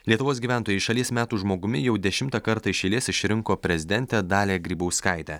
lietuvos gyventojai šalies metų žmogumi jau dešimtą kartą iš eilės išrinko prezidentę dalią grybauskaitę